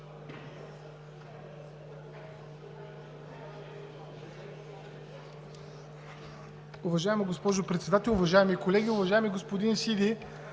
Уважаема госпожо Председател, уважаеми колеги! Уважаеми господин Сиди,